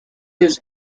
his